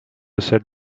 set